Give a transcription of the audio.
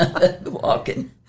walking